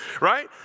right